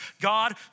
God